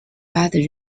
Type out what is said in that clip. bud